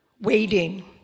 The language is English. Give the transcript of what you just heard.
waiting